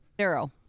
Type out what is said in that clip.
Zero